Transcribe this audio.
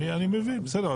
אני מבין בסדר,